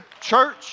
Church